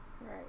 Right